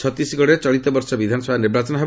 ଛତିଶଗଡ଼ରେ ଚଳିତବର୍ଷ ବିଧାନସଭା ନିର୍ବାଚନ ହେବ